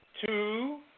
Two